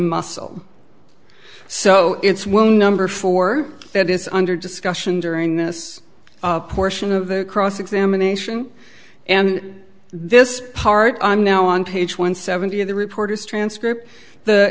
muscle so it's well number four that is under discussion during this portion of the cross examination and this part i'm now on page one seventy of the report is transcript the